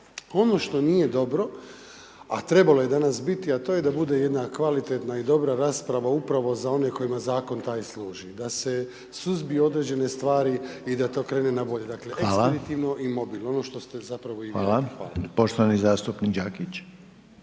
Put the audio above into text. Ono što nije dobro a trebalo je danas biti, a to je da bude jedna kvalitetna i dobra rasprava upravo za one kojima zakon taj služi da se suzbiju određene stvari i da to krene na bolje. Dakle ekspeditivno i mobilno, ono što ste zapravo i vi rekli. **Reiner, Željko (HDZ)** Hvala. Poštovani zastupnik Đakić.